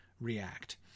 react